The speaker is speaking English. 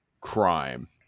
crime